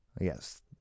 Yes